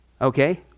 okay